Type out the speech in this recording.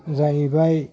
जाहैबाय